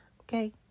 okay